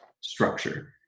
structure